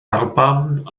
alban